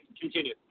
continue